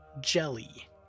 Jelly